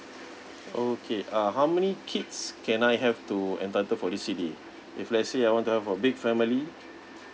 okay uh how many kids can I have to entitle for this C_D_A if let's say I want to have a big family